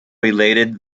related